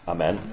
Amen